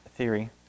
Theory